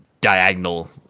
diagonal